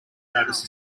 notice